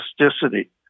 elasticity